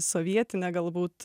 sovietine galbūt